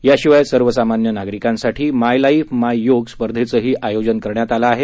याशिवाय सर्वसामान्य नागरिकांसाठी माय लाइफ माय योग स्पर्धेचंही आयोजन करण्यात आलं आहे